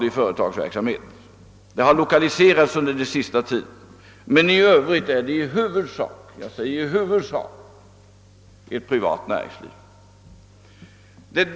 Någon sådan verksamhet har visserligen lokaliserats dit under den senaste tiden, men det är i huvudsak — jag understryker detta — fråga om ett privat näringsliv.